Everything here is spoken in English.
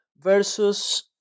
versus